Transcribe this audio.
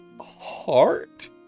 heart